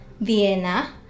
Vienna